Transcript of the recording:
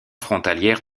frontalière